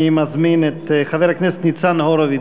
אני מזמין את חבר הכנסת ניצן הורוביץ,